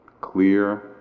clear